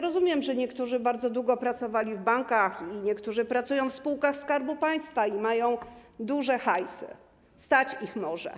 Rozumiem, że niektórzy bardzo długo pracowali w bankach, niektórzy pracują w spółkach Skarbu Państwa, mają duży hajs i może ich stać,